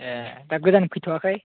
ए दा गोदान फैथ'वाखै